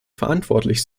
verantwortlich